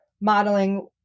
modeling